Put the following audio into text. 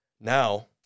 now